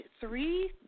three